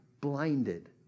blinded